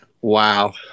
wow